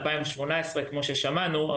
כמו ששמענו,